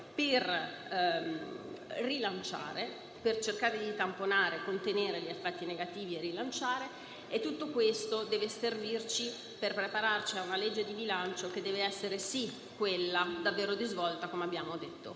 indispensabile per cercare di tamponare, contenere gli effetti negativi e rilanciare. Tutto questo deve servirci per prepararci a una legge di bilancio che deve essere davvero un provvedimento di svolta, come abbiamo detto